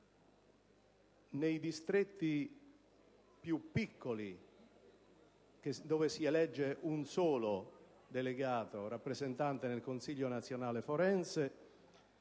nei distretti più piccoli, dove si elegge un solo delegato rappresentante nel Consiglio nazionale forense,